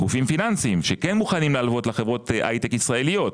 גופים פיננסיים שכן מוכנים להלוות לחברות הייטק ישראליות,